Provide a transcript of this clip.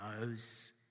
knows